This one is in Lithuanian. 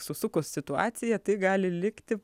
susukus situaciją tai gali likti